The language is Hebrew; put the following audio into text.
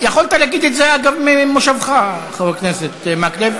התקן בטיחותי על דלת מרחב מוגן דירתי),